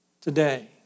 today